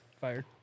fired